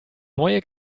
neue